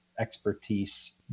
expertise